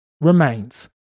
remains